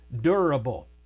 durable